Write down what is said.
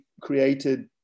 created